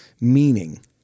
meaning